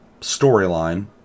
storyline